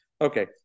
Okay